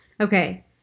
Okay